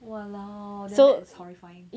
!walao! then that's horrifying ya women 做 shift 的 mah so